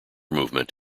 movement